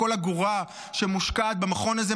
כל אגורה שמושקעת במכון הזה,